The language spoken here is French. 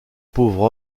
pauvre